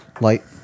light